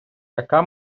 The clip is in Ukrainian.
така